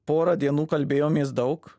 porą dienų kalbėjomės daug